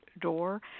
door